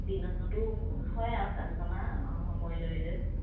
দিনতো হয় আৰু কাষ্টমাৰ সময় লৈ লৈ